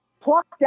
plucked